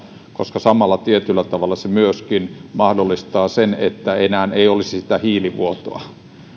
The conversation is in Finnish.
koska tietyllä tavalla se myöskin samalla mahdollistaa sen että enää ei olisi sitä hiilivuotoa